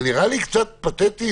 זה נראה לי קצת פתטי.